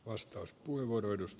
arvoisa puhemies